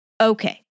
Okay